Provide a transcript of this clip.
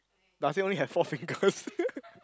does he only have Four Fingers